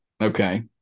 Okay